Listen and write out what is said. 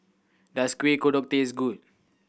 does Kuih Kodok taste good